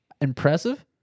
impressive